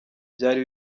byari